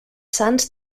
sants